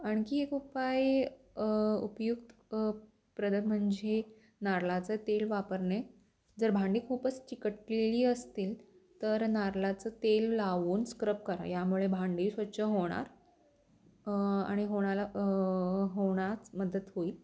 आणखी एक उपाय उपयुक्त प्रदक म्हणजे नारलाचं तेल वापरणे जर भांडी खूपच चिकटलेली असतील तर नारळाचं तेल लावून स्क्रब करा यामुळे भांडी स्वच्छ होणार आणि होणाला होणाच मदत होईल